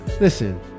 listen